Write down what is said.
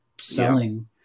selling